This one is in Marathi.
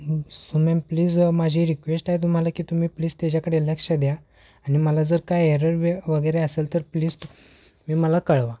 सो मॅम प्लीज माझी रिक्वेस्ट आहे तुम्हाला की तुम्ही प्लीज त्याच्याकडे लक्ष द्या आणि मला जर काय एरर वे वगैरे असेल तर प्लीज तुम्ही मला कळवा